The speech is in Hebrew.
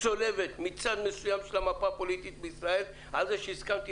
צולבת מצד מסוים של המפה הפוליטית בישראל על זה שהסכמתי